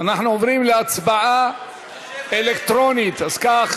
עוברים להצבעה אלקטרונית, כך